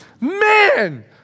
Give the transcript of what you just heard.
Man